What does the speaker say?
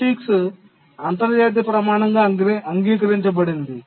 POSIX అంతర్జాతీయ ప్రమాణంగా అంగీకరించబడింది